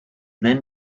then